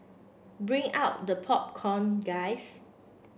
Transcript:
bring out the popcorn guys